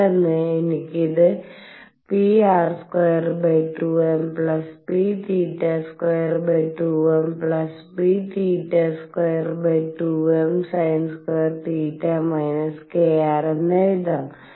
പെട്ടെന്ന് എനിക്ക് ഇത് Pr22mP22m2msin2 kr എന്ന് എഴുതാം